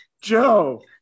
Joe